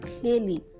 clearly